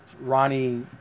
Ronnie